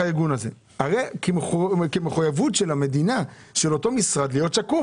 הרי כמחויבות של אותו משרד להיות שקוף